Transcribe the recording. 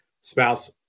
spouse